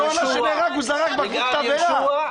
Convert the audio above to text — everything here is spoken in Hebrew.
תתבייש לך.